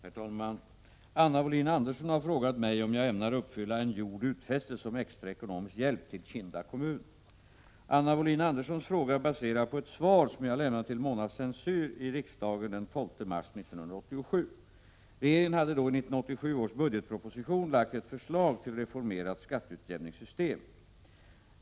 Herr talman! Anna Wohlin-Andersson har frågat mig om jag ämnar uppfylla en gjord utfästelse om extra ekonomisk hjälp till Kinda kommun. Anna Wohlin-Anderssons fråga är baserad på ett svar som jag lämnade till Mona Saint Cyr i riksdagen den 12 mars 1987. Regeringen hade då i 1987 års budgetproposition lagt fram ett förslag till reformerat skatteutjämningssystem.